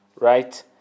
right